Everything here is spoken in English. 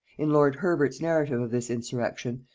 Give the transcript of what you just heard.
in lord herbert's narrative of this insurrection,